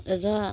र